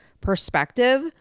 perspective